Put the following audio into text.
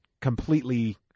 completely